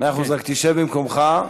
מאה אחוז, רק תשב במקומך.